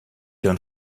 herrn